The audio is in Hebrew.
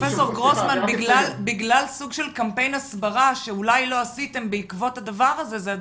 בגלל סוג של קמפיין הסברה שאולי לא עשיתם בעקבות הדבר הזה,